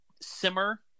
simmer